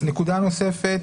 נקודה נוספת.